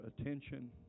attention